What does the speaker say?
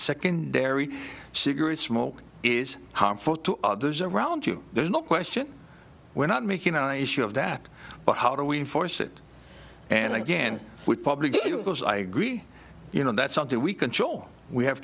secondary cigarette smoke is harmful to others around you there's no question we're not making an issue of that but how do we enforce it and then again with public because i agree you know that's something we control we have